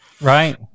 Right